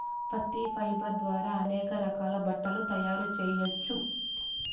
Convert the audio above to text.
పత్తి ఫైబర్ ద్వారా అనేక రకాల బట్టలు తయారు చేయచ్చు